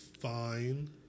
fine